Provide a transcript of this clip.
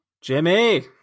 Jimmy